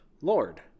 Lord